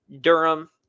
Durham